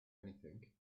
anything